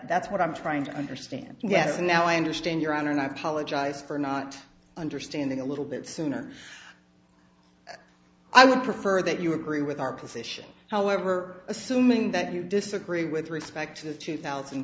that's what i'm trying to understand yes now i understand your honor and i apologize for not understanding a little bit sooner i would prefer that you agree with our position however assuming that you disagree with respect to the two thousand